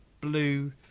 blue